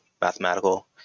mathematical